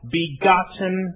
begotten